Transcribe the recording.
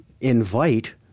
invite